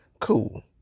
cool